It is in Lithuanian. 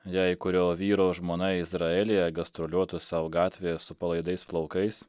jei kurio vyro žmona izraelyje gastroliuotų sau gatvėje su palaidais plaukais